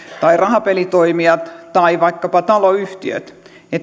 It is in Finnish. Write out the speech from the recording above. tai rahapelitoimijat tai vaikkapa taloyhtiöt